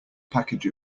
package